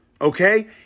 Okay